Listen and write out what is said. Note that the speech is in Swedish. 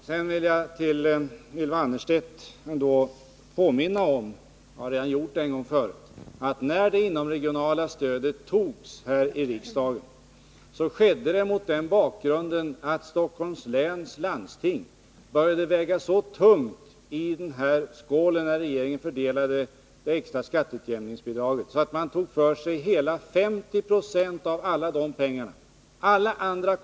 Sedan vill jag ännu en gång påminna Ylva Annerstedt om att riksdagen fattade beslut om det inomregionala stödet mot den bakgrunden att Stockholms läns landsting började väga så tungt i vågskålen när regeringen fördelade det extra skatteutjämningsbidraget att det fick hela 50 920 av bidraget.